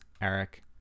Eric